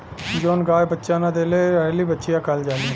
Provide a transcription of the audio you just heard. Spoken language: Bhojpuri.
जवन गाय बच्चा न देले रहेली बछिया कहल जाली